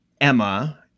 Emma